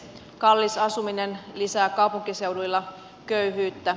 kallis asuminen lisää kaupunkiseuduilla köyhyyttä